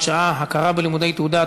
הוראת שעה) (הכרה בלימודי תעודה),